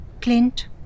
Clint